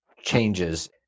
changes